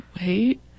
wait